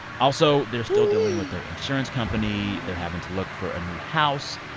also, they're still dealing with their insurance company. they're having to look for a new house.